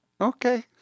Okay